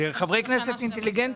חברי הכנסת אינטליגנטים.